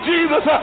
Jesus